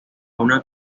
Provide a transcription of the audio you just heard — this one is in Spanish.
una